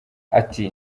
ati